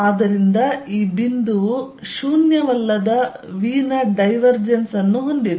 ಆದ್ದರಿಂದ ಈ ಬಿಂದುವು ಶೂನ್ಯವಲ್ಲದ v ನ ಡೈವರ್ಜೆನ್ಸ್ ಅನ್ನು ಹೊಂದಿದೆ